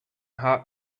heart